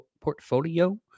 portfolio